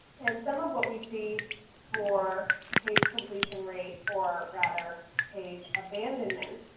and some of what we see for page completion rate or rather, page abandonment,